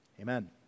Amen